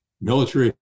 military